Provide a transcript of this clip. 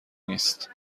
نیست